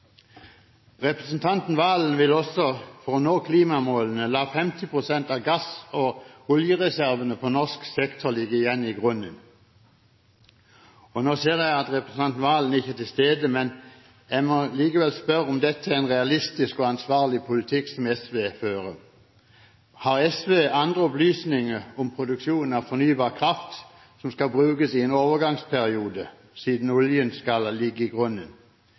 Representanten Serigstad Valen vil også, for å nå klimamålene, la 50 pst. av gass- og oljereservene på norsk sektor ligge igjen i grunnen. Nå ser jeg at representanten Serigstad Valen ikke er til stede i salen, men jeg må likevel spørre om SV fører en realistisk og ansvarlig politikk. Har SV andre opplysninger om produksjonen av fornybar kraft som skal brukes i en overgangsperiode, siden oljen skal bli liggende i grunnen?